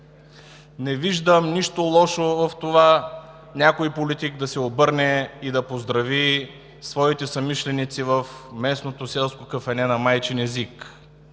Не виждам нищо лошо в това някой политик да се обърне и да поздрави своите съмишленици в местното селско кафене на майчин език.